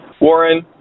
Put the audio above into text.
Warren